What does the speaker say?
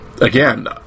again